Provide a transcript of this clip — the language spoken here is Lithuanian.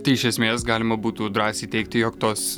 tai iš esmės galima būtų drąsiai teigti jog tos